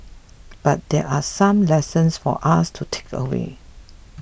but there are some lessons for us to takeaway